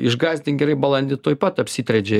išgąsdink gerai balandį tuoj pat apsitriedžia